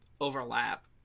overlap